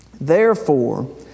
Therefore